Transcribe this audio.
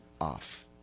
off